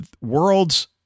worlds